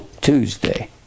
Tuesday